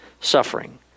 suffering